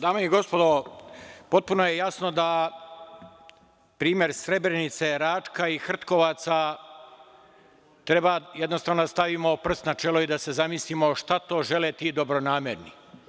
Dame i gospodo, potpuno je jasno da za primere Srebrenice, Račka i Hrtkovaca treba jednostavno da stavimo prst na čelo i da za se zamislimo šta to žele ti dobronamerni.